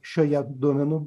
šioje duomenų